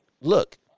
look